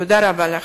תודה רבה לך.